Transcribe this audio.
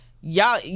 y'all